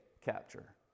capture